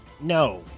No